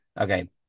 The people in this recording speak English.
Okay